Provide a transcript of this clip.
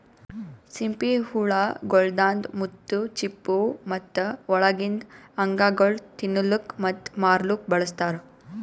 ಸಿಂಪಿ ಹುಳ ಗೊಳ್ದಾಂದ್ ಮುತ್ತು, ಚಿಪ್ಪು ಮತ್ತ ಒಳಗಿಂದ್ ಅಂಗಗೊಳ್ ತಿನ್ನಲುಕ್ ಮತ್ತ ಮಾರ್ಲೂಕ್ ಬಳಸ್ತಾರ್